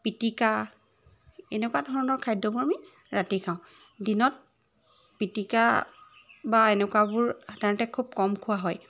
পিটিকা এনেকুৱা ধৰণৰ খাদ্যবোৰ আমি ৰাতি খাওঁ দিনত পিটিকা বা এনেকুৱাবোৰ সাধাৰণতে খুব কম খোৱা হয়